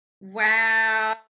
Wow